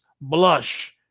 blush